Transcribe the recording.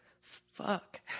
fuck